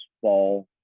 fall